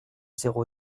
zéro